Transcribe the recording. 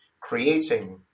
creating